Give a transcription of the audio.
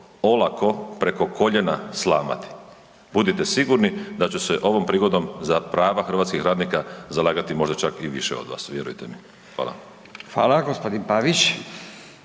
olako preko koljena slamati. Budite sigurni da ću se ovom prigodom za prava hrvatskih radnika zalagati možda čak i više od vas, vjerujte mi. Hvala. **Radin, Furio